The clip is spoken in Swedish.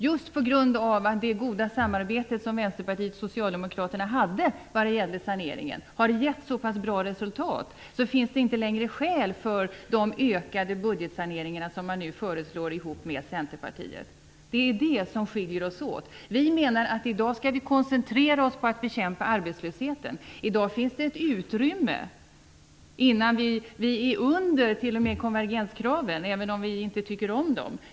Just på grund av att det goda samarbete som Vänsterpartiet och Socialdemokraterna hade vad gäller saneringen har givit så pass bra resultat finns det inte längre skäl för de ökade budgetsaneringar man nu föreslår ihop med Centerpartiet. Det är det som skiljer oss åt. Vi menar att i dag skall vi koncentrera oss på att bekämpa arbetslösheten. I dag finns det ett utrymme. Vi är t.o.m. under konvergenskraven - även om vi inte tycker om dem.